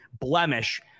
blemish